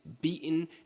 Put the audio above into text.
beaten